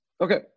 Okay